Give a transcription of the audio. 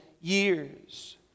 years